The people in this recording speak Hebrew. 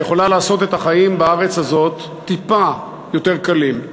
והיא יכולה לעשות את החיים בארץ הזאת טיפה יותר קלים,